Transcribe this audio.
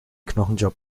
knochenjob